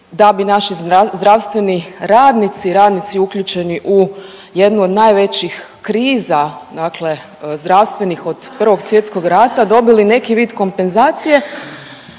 da bi naši zdravstveni radnici, radnici uključeni u jednu od najvećih kriza zdravstvenih od I. svjetskog rata dobili neki vid kompenzacije,